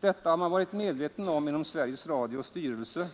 Detta har man varit medveten om inom Sveriges Radios styrelse,